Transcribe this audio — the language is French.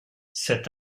cet